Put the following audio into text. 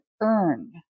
earn